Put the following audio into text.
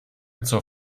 zur